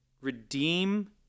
redeem